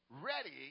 ready